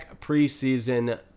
preseason